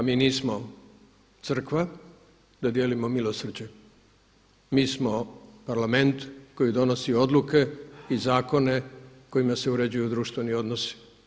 A mi nismo crkva da dijelimo milosrđe, mi smo Parlament koji donosi odluke i zakone kojima se uređuju društveni odnosi.